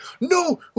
No